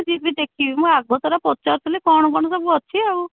ଯିବି ଦେଖିବି ମୁଁ ଆଗତରା ପଚାରୁଥିଲି କ'ଣ କ'ଣ ସବୁ ଅଛି ଆଉ